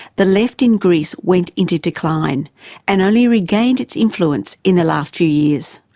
the left in greece went into decline and only regained its influence in the last few years.